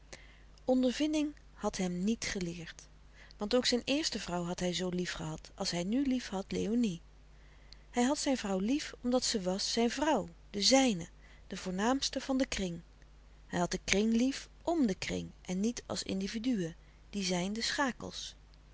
ondervinding had hem niet geleerd want ook zijn eerste vrouw had hij zoo lief gehad als hij nu liefhad léonie hij had zijn vrouw lief omdat ze was zijn vrouw de zijne de voornaamste van den kring hij had den kring lief m den kring en niet als individuën die zijn de schakels